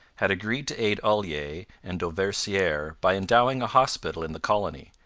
had agreed to aid olier and dauversiere by endowing a hospital in the colony,